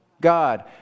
God